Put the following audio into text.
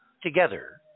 together